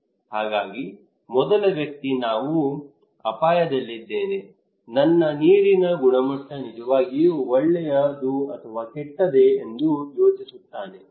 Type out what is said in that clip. ಹಾಗಾಗಿ ಮೊದಲ ವ್ಯಕ್ತಿ ನಾನು ಅಪಾಯದಲ್ಲಿದ್ದೇನೆ ನನ್ನ ನೀರಿನ ಗುಣಮಟ್ಟ ನಿಜವಾಗಿಯೂ ಒಳ್ಳೆಯದು ಅಥವಾ ಕೆಟ್ಟದ್ದೇ ಎಂದು ಯೋಚಿಸುತ್ತಾನೆ